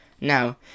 Now